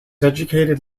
educated